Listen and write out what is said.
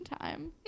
time